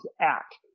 act